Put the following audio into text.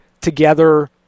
together